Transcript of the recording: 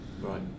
Right